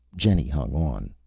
jenny hung on.